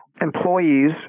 employees